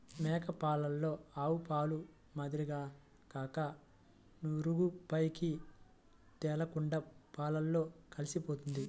మేక పాలలో ఆవుపాల మాదిరిగా కాక నురుగు పైకి తేలకుండా పాలతో కలిసిపోతుంది